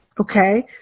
okay